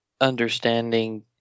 understanding